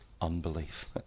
unbelief